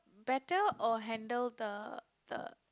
better or handle the the